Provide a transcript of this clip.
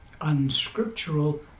unscriptural